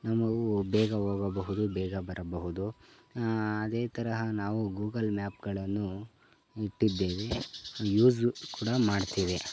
ನಮಗೂ ಬೇಗ ಹೋಗಬಹುದು ಬೇಗ ಬರಬಹುದು ಅದೇ ತರಹ ನಾವು ಗೂಗಲ್ ಮ್ಯಾಪ್ಗಳನ್ನು ಇಟ್ಟಿದ್ದೇವೆ ಯೂಸು ಕೂಡ ಮಾಡ್ತೇವೆ